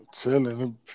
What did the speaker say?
chilling